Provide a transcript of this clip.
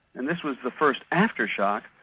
and this was the first aftershock,